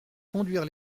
conduire